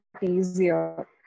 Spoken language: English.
easier